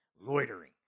loitering